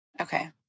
Okay